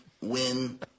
Win